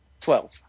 Twelve